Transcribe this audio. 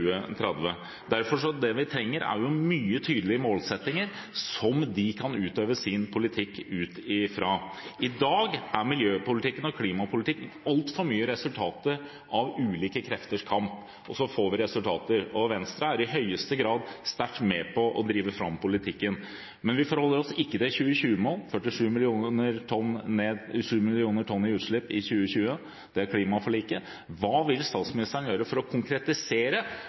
Derfor er det vi trenger, mye tydeligere målsettinger som de kan utøve sin politikk ut fra. I dag er miljøpolitikken og klimapolitikken altfor mye resultat av ulike krefters kamp, og så får vi resultater. Venstre er i høyeste grad sterkt med på å drive fram politikken, men vi forholder oss ikke til 2020-målet om at vi skal ned til 47 mill. tonn utslipp i 2020. Det er klimaforliket. Hva vil statsministeren gjøre for å konkretisere